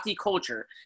culture